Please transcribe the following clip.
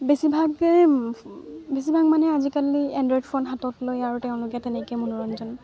বেছিভাগে বেছিভাগ মানে আজিকালি এণ্ড্ৰইড ফোন হাতত লৈ আৰু তেওঁলোকে তেনেকৈ মনোৰঞ্জন